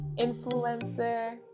influencer